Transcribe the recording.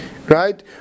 Right